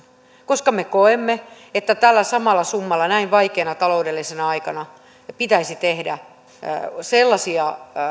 koska me koemme että tällä samalla summalla näin vaikeana taloudellisena aikana pitäisi perua sellaisia